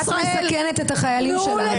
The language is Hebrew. את מסכנת את החיילים שלנו,